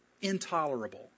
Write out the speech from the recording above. intolerable